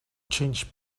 change